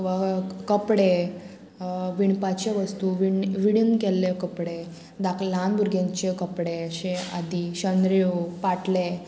वा कपडे विणपाचे वस्तू विण विणून केल्ले कपडे धाक ल्हान भुरग्यांचे कपडे अशे आदी शंद्रो पाटले आनी